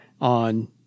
on